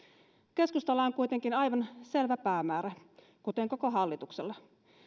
keskustalla on kuitenkin aivan selvä päämäärä kuten koko hallituksella